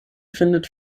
findet